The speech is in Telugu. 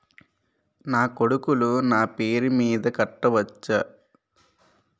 నా కొడుకులు నా పేరి మీద కట్ట వచ్చా?